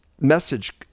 message